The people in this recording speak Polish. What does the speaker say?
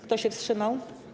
Kto się wstrzymał?